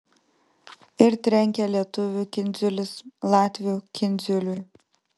ir trenkia lietuvių kindziulis latvių kindziuliui